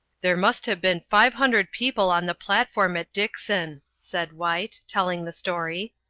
there must have been five hundred people on the platform at dixon, said white, telling the story,